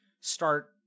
start